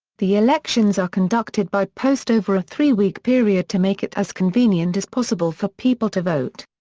the elections are conducted by post over a three-week period to make it as convenient as possible for people to vote.